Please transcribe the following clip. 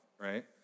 right